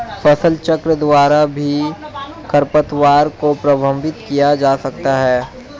फसलचक्र द्वारा भी खरपतवार को प्रबंधित किया जा सकता है